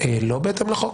לא בהתאם לחוק?